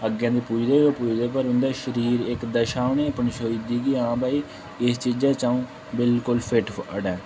अग्गें ते पुजदे गै पुजदे पर उं'दा शरीर इक दशा उ'नें ई पन्छोई जंदी कि हां भाई इस चीजै च अ'ऊं बिल्कुल फिट्ट फाट ऐं